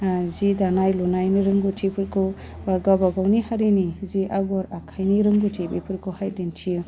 जि दानाय लुनायनि रोंगौथिफोरखौ गावबा गावनि हारिनि जि आगर आखाइनि रोंगौथि बेफोरखौहाय दिन्थियो